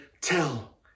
tell